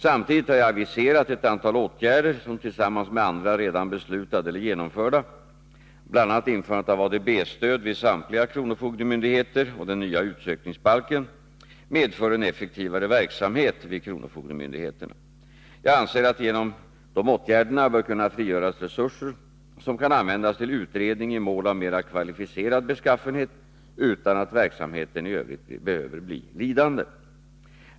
Samtidigt har jag aviserat ett antal åtgärder som tillsammans med andra redan beslutade eller genomförda, bl.a. införandet av ADB-stöd vid samtliga kronofogdemyndigheter och den nya utsökningsbalken, medför en effektivare verksamhet vid kronofogdemyndigheterna. Jag anser att det genom dessa åtgärder bör kunna frigöras resurser som kan användas till utredning i mål av mera kvalificerad beskaffenhet utan att verksamheten i övrigt behöver bli lidande.